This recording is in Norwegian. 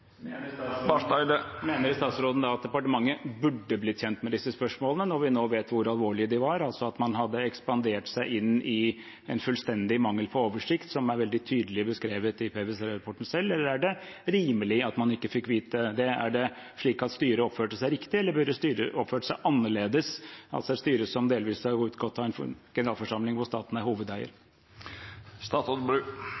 Mener statsråden da at departementet burde blitt kjent med disse spørsmålene, når vi nå vet hvor alvorlige de var, altså at man hadde ekspandert seg inn i en fullstendig mangel på oversikt, som er veldig tydelig beskrevet i PwC-rapporten? Eller er det rimelig at man ikke fikk vite det? Er det slik at styret oppførte seg riktig, eller burde styret oppført seg annerledes, altså et styre som delvis er utgått av en generalforsamling hvor staten er hovedeier?